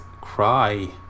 Cry